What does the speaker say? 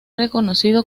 reconocido